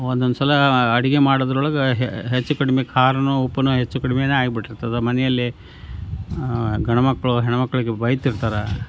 ಒಂದೊಂದು ಸಲ ಅಡುಗೆ ಮಾಡೋದ್ರೊಳಗೆ ಹೆಚ್ಚು ಕಡ್ಮೆ ಖಾರನೂ ಉಪ್ಪುನೂ ಹೆಚ್ಚು ಕಡ್ಮೆನೆ ಆಗ್ಬಿಟ್ಟಿರ್ತದೆ ಮನೆಯಲ್ಲಿ ಗಂಡುಮಕ್ಳು ಹೆಣ್ಣುಮಕ್ಳಿಗೆ ಬೈತಿರ್ತಾರೆ